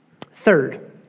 Third